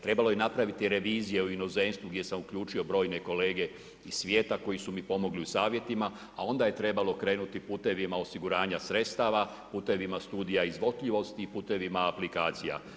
Trebalo je napraviti revizije u inozemstvu gdje sam uključio brojne kolege iz svijeta koji su mi pomogli u savjetima, a onda je trebalo krenuti putevima osiguranja sredstava, putevima studija izvodljivosti i putevima aplikacija.